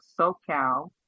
SoCal